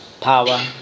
power